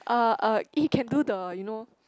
uh uh he can do the you know